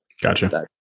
gotcha